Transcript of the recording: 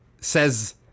says –